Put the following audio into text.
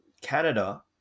Canada